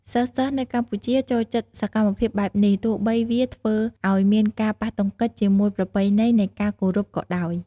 សិស្សៗនៅកម្ពុជាចូលចិត្តសកម្មភាពបែបនេះ ទោះបីវាធ្វើឲ្យមានការប៉ះទង្គិចជាមួយប្រពៃណីនៃការគោរពក៏ដោយ។